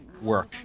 work